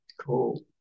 Cool